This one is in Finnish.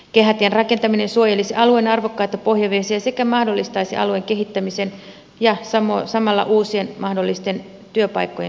kehätien rakentaminen suojelisi alueen arvokkaita pohjavesiä sekä mahdollistaisi alueen kehittämisen ja samalla uusien mahdollisten työpaikkojen syntymisen